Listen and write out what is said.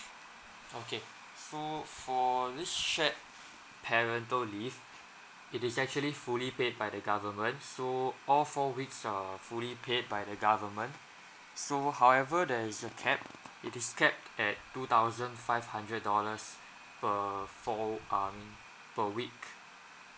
okay so for this shared parental leave it is actually fully paid by the government so all four weeks are fully paid by the government so however there is a cap it is capped at two thousand five hundred dollars per four uh I mean per week